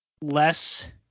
less